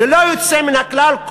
ללא יוצא מן הכלל,